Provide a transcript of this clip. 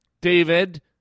David